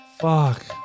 Fuck